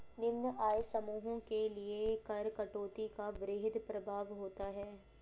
निम्न आय समूहों के लिए कर कटौती का वृहद प्रभाव होता है